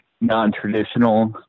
non-traditional